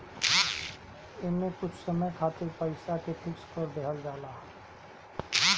एमे कुछ समय खातिर पईसा के फिक्स कर देहल जाला